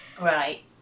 Right